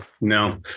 no